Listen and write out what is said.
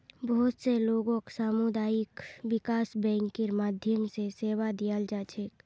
बहुत स लोगक सामुदायिक विकास बैंकेर माध्यम स सेवा दीयाल जा छेक